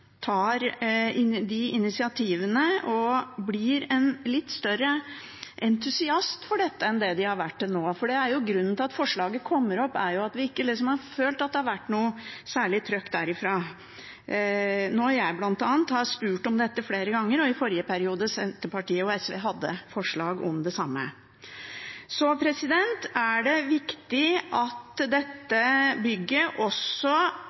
tar initiativ og blir en litt større entusiast for dette enn det den har vært til nå. Grunnen til at forslaget kommer opp, er jo at vi ikke har følt det har vært noe særlig trykk derfra når bl.a. jeg flere ganger har spurt om dette, eller da Senterpartiet og SV hadde forslag om det samme i forrige periode. Det er viktig at dette bygget også